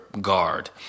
guard